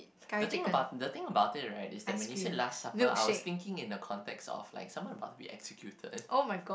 the thing about the thing about it right is when you said last supper I was thinking in the context of someone must be executed